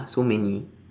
so many